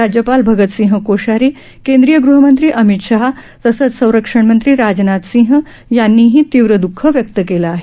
राज्यपाल भगतसिंह कोश्यारी केंद्रीय गृहमंत्री अमित शाह तसंच संरक्षणमंत्री राजनाथ सिंह यांनीही तीव्र दुःख व्यक्त केलं आहे